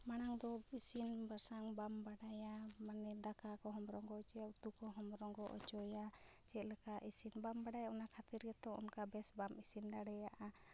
ᱢᱟᱲᱟᱝ ᱫᱚ ᱤᱥᱤᱱ ᱵᱟᱥᱟᱝ ᱵᱟᱢ ᱵᱟᱰᱟᱭᱟ ᱢᱟᱱᱮ ᱫᱟᱠᱟ ᱠᱚᱦᱚᱢ ᱨᱚᱸᱜᱚ ᱦᱚᱪᱚᱭᱟ ᱩᱛᱩ ᱠᱚᱦᱚᱢ ᱨᱚᱸᱜᱚ ᱦᱚᱪᱚᱭᱟ ᱪᱮᱫᱞᱮᱠᱟ ᱤᱥᱤᱱ ᱵᱟᱢ ᱵᱟᱰᱟᱭᱟ ᱚᱱᱟ ᱠᱷᱟᱹᱛᱤᱨ ᱜᱮᱛᱚ ᱚᱱᱠᱟ ᱵᱮᱥ ᱵᱟᱢ ᱤᱥᱤᱱ ᱫᱟᱲᱮᱭᱟᱜᱼᱟ